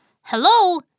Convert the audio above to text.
Hello